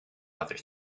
other